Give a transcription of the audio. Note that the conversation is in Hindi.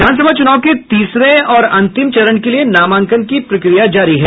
विधानसभा चूनाव के तीसरे और अंतिम चरण के लिए नामांकन की प्रक्रिया जारी है